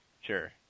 Sure